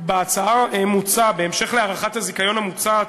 בהצעה מוצע, בהמשך להארכת הזיכיון המוצעת,